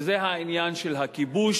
וזה העניין של הכיבוש,